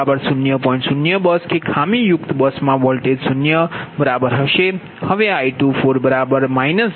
0 bus કે ખામી યુક્ત બસ માં વોલ્ટેજ 0 બરાબર હશે